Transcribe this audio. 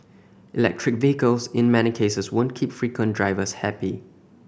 electric vehicles in many cases won't keep frequent drivers happy